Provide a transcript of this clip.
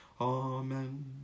Amen